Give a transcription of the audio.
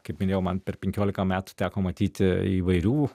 kaip minėjau man per penkiolika metų teko matyti įvairių